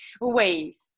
ways